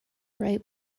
right